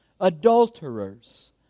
adulterers